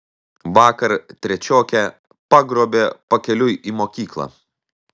vakar trečiokę pagrobė pakeliui į mokyklą